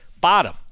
bottom